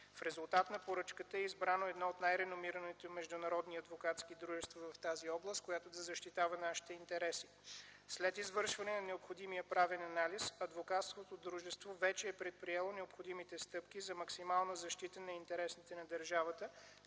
В резултат на поръчката е избрано едно от най-реномираните международни адвокатски дружества в тази област, което да защитава нашите интереси. След извършване на необходимия правен анализ, адвокатското дружество вече е предприело необходимите стъпки за максимална защита на интересите на държавата.